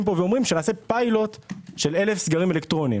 פה ואומרים שנעשה פילוט של אלף סגרים אלקטרוניים.